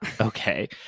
Okay